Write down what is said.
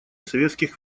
советских